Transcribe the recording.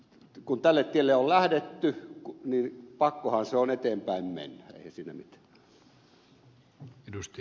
kun tälle tielle on lähdetty niin pakkohan se on eteenpäin mennä eihän siinä mitään